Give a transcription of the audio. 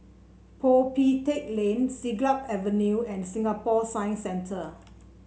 Peo Pee Teck Lane Siglap Avenue and Singapore Science Center